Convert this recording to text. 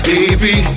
Baby